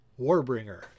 Warbringer